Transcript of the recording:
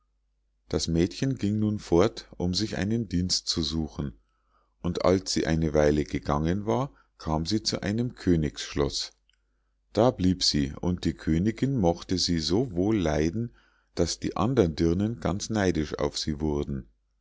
das mädchen ging nun fort um sich einen dienst zu suchen und als sie eine weile gegangen war kam sie zu einem königsschloß da blieb sie und die königinn mochte sie so wohl leiden daß die andern dirnen ganz neidisch auf sie wurden